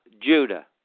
Judah